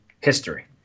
history